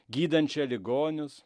gydančią ligonius